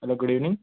hello good evening